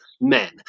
men